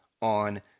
on